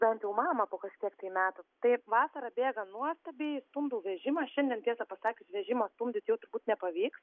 bent jau mamą po kažkiek tai metų taip vasara bėga nuostabiai stumdau vežimą šiandien tiesą pasakius vežimą stumdyt jau turbūt nepavyks